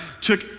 took